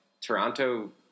Toronto